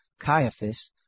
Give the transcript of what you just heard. Caiaphas